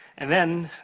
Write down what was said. and then,